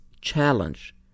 challenge